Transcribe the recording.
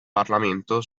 parlamento